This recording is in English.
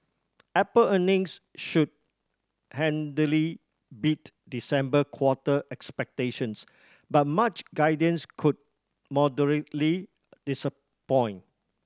apple earnings should handily beat December quarter expectations but March guidance could moderately disappoint